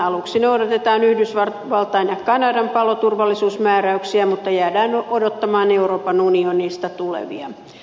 aluksi noudatetaan yhdysvaltain ja kanadan paloturvallisuusmääräyksiä mutta jäädään odottamaan euroopan unionista tulevia